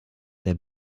der